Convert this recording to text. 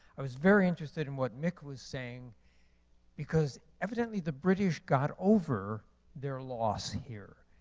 i was very interested in what mick was saying because evidently, the british got over their loss here.